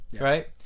Right